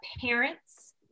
parents